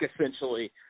essentially